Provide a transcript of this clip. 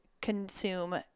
consume